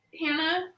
Hannah